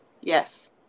Yes